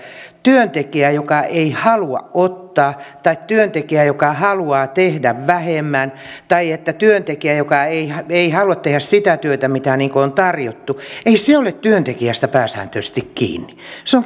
työntekijä joka ei halua ottaa tai työntekijä joka haluaa tehdä vähemmän tai työntekijä joka ei halua tehdä sitä työtä mitä on tarjottu ei se ole työntekijästä pääsääntöisesti kiinni vaan se on kiinni